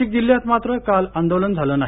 नाशिक जिल्ह्यात मात्र काल आंदोलन झालं नाही